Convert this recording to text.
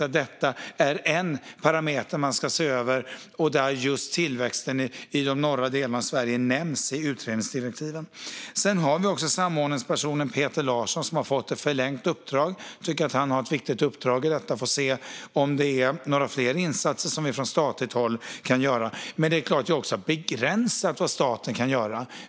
Detta är en parameter man ska se över, och i utredningsdirektiven nämns just tillväxten i de norra delarna av Sverige. Vi har också samordningspersonen Peter Larsson, som har fått ett förlängt uppdrag. Jag tycker att detta är ett viktigt uppdrag, och vi får se om det finns några fler insatser som vi kan göra från statligt håll. Men det är såklart också begränsat vad staten kan göra.